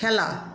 খেলা